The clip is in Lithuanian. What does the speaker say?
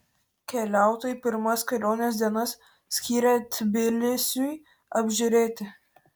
keliautojai pirmas kelionės dienas skyrė tbilisiui apžiūrėti